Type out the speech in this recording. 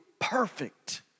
perfect